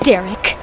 Derek